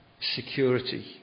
Security